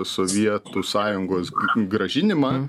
sovietų sąjungos grąžinimą